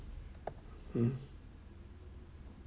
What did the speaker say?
mm